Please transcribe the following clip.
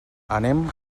anem